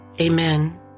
Amen